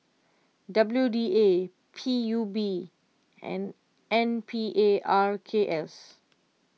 W D A P U B and N P A R K S